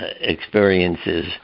experiences